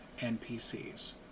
NPCs